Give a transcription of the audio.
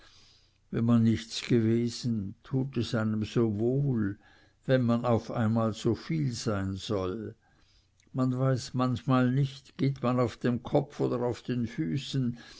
wenn man nichts gewesen tut es einem so wohl wenn man auf einmal so viel sein soll man weiß manchmal nicht geht man auf dem kopf oder auf den füßen